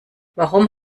warum